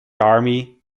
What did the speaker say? army